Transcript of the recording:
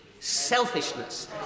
Selfishness